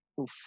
Oof